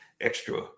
extra